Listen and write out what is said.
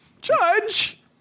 Judge